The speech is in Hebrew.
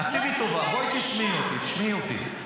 עשי לי טובה, בואי תשמעי אותי, תשמעי אותי.